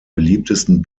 beliebtesten